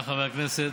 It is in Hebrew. חבריי חברי הכנסת,